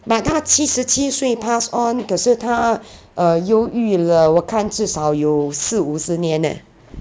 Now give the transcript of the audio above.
but 她七十七岁 pass on 可是她 err 忧郁了我看至少有四五十年 eh